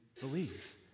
believe